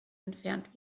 entfernt